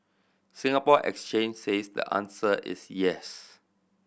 Singapore Exchange says the answer is yes